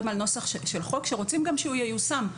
על נוסח של חוק שרוצים גם שהוא ייושם.